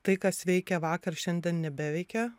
tai kas veikė vakar šiandien nebeveikia